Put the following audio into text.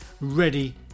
ready